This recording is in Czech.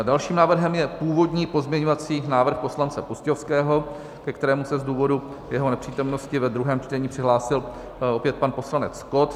Dalším návrhem je původní pozměňovací návrh poslance Pustějovského, ke kterému se z důvodu jeho nepřítomnosti ve druhém čtení přihlásil opět pan poslanec Kott.